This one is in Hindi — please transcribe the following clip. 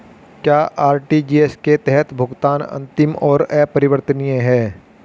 क्या आर.टी.जी.एस के तहत भुगतान अंतिम और अपरिवर्तनीय है?